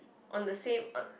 on the same on